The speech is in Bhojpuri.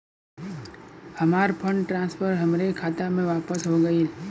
हमार फंड ट्रांसफर हमरे खाता मे वापस हो गईल